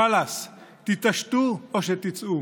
חלאס, תתעשתו או שתצאו.